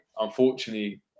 unfortunately